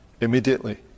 Immediately